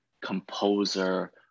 composer